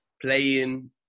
playing